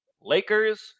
Lakers